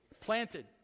planted